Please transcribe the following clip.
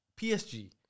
PSG